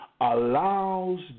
allows